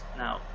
now